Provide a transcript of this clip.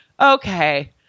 Okay